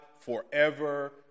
forever